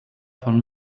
von